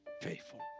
faithful